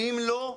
אם לא,